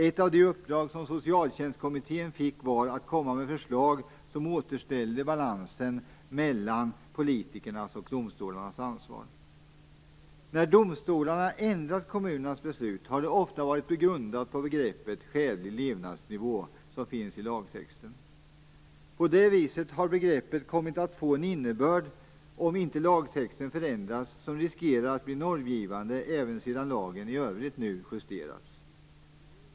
Ett av de uppdrag som socialtjänstkommittén fick var att komma med förslag som återställde balansen mellan politikernas och domstolarnas ansvar. När domstolarna ändrat kommunernas beslut har det ofta varit grundat på begreppet skälig levnadsnivå som finns i lagtexten. På det viset har begreppet kommit att få en innebörd som, om inte lagtexten förändras, riskerar att bli normgivande även sedan lagen i övrigt nu justerats.